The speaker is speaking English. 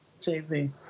Jay-Z